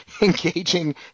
engaging